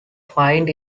find